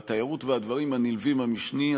והתיירות והדברים הנלווים המשני,